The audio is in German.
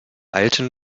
alten